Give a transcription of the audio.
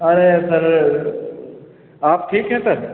अरे सर आप ठीक हैं सर